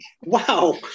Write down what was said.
Wow